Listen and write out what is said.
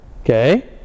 Okay